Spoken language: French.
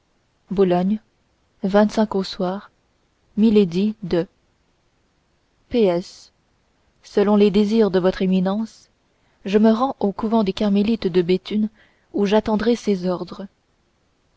boulogne au soir milady de p s selon les désirs de votre éminence je me rends au couvent des carmélites de béthune où j'attendrai ses ordres